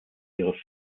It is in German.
ihre